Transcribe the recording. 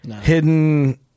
hidden